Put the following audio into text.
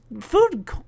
food